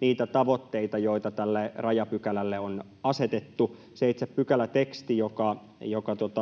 niitä tavoitteita, joita tälle rajapykälälle on asetettu. Se itse pykäläteksti,